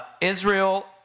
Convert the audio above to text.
Israel